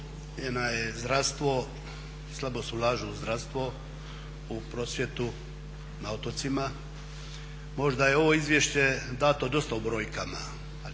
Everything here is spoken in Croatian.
da nam je zdravstvo, slabo se ulaže u zdravstvo, u prosvjetu na otocima. Možda je ovo izvješće dato dosta u brojkama, ali